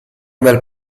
del